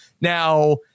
Now